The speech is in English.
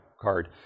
card